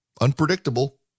unpredictable